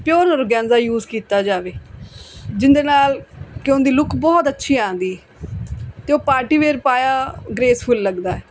pure organza use ਕੀਤਾ ਜਾਵੇ ਜਿਹਦੇ ਨਾਲ ਕੀ ਉਹਦੀ ਲੁਕ ਬਹੁਤ ਅੱਛੀ ਆਉਂਦੀ ਅਤੇ ਉਹ ਪਾਰਟੀ ਵੇਅਰ ਪਾਇਆ ਗਰੇਸਫੁਲ ਲੱਗਦਾ